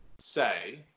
say